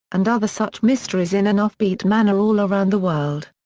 and other such mysteries in an offbeat manner all around the world.